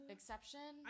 Exception